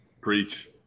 Preach